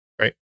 right